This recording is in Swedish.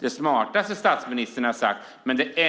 det smartaste som statsministern sagt.